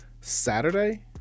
saturday